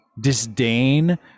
disdain